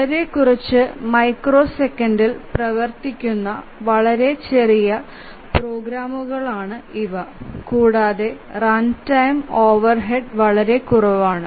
വളരെ കുറച്ച് മൈക്രോസെക്കൻഡിൽ പ്രവർത്തിക്കുന്ന വളരെ ചെറിയ പ്രോഗ്രാമുകളാണ് ഇവ കൂടാതെ റൺടൈം ഓവർഹെഡ് വളരെ കുറവാണ്